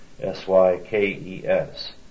S-Y-K-E-S